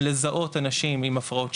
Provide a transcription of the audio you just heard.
אם קצת להתייחס לדברים שנאמרו לפני כן,